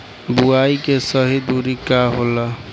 बुआई के सही दूरी का होला?